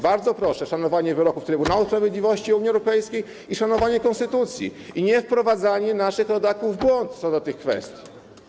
Bardzo proszę o szanowanie wyroków Trybunału Sprawiedliwości Unii Europejskiej, szanowanie konstytucji i niewprowadzanie naszych rodaków w błąd co do tych kwestii.